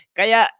kaya